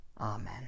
Amen